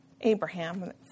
Abraham